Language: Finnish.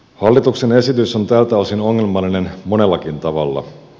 hallituksen esitys on tältä osin ongelmallinen monellakin tavalla